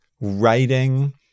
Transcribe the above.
Writing